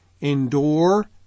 endure